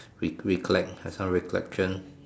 re~ recollect have some recollection